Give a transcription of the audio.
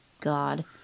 God